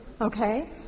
okay